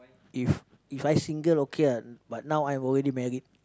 if If I single okay ah but now I'm already married